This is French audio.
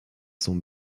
son